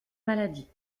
maladie